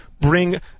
bring